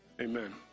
amen